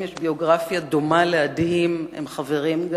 יש ביוגרפיה דומה להדהים והם גם חברים,